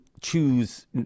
choose